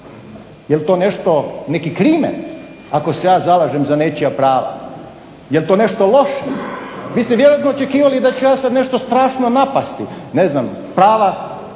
jer to nešto neki krime ako se ja zalažem za nečija prava, jel to nešto loše? Vi ste vjerojatno očekivali da ću ja sad nešto strašno napasti ne znam prava